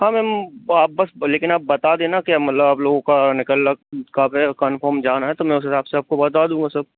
हाँ मैम वो आप बस ब लेकिन आप बता देना कि अब मतलब आप लोगों का कहाँ पर है कनफौम जाना है तो मैं उस हिसाब से आप को बता दूँगा सब